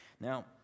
Now